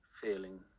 feeling